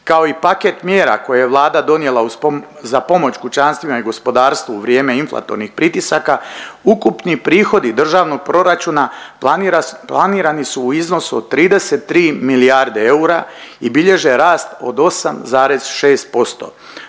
kao i paket mjera koje je Vlada donijela za pomoć kućanstvima i gospodarstvu u vrijeme inflatornih pritisaka ukupni prihodi državnog proračuna planirani su u iznosu od 33 milijarde eura i bilježe rast od 8,6%